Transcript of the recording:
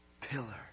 Pillar